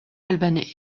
albanais